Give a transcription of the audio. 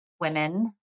Women